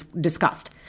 discussed